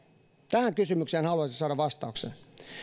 tähän kysymykseen haluaisin saada vastauksen